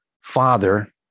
father